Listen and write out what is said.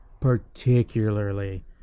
particularly